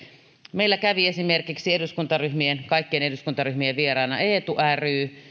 meillä kävi esimerkiksi eduskuntaryhmien kaikkien eduskuntaryhmien vieraana eetu ry